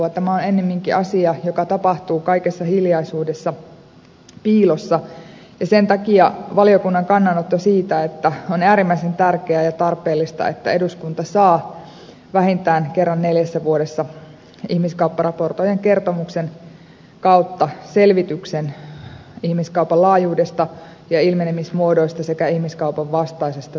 tämä on ennemminkin asia joka tapahtuu kaikessa hiljaisuudessa piilossa ja sen takia valiokunta esittää kannanottona että on äärimmäisen tärkeää ja tarpeellista että eduskunta saa vähintään kerran neljässä vuodessa ihmiskaupparaportoijan kertomuksen kautta selvityksen ihmiskaupan laajuudesta ja ilmenemismuodoista sekä ihmiskaupan vastaisesta työstä